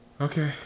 Okay